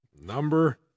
number